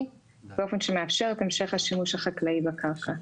באופן שמאפשר את המשך השימוש החקלאי בקרקע,